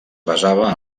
basava